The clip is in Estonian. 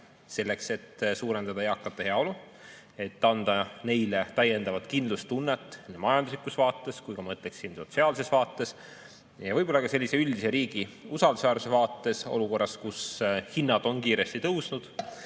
selleks, et suurendada eakate heaolu, et anda neile täiendavat kindlustunnet nii majanduslikus vaates kui ka, ma ütleksin, sotsiaalses vaates ja võib-olla ka üldise riigi usaldusväärsuse vaates. [Oleme ju] olukorras, kus hinnad on kiiresti tõusnud,